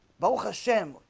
bow hashem,